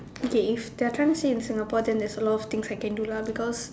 okay if they are trying to say in Singapore then there's a lot of things I can do lah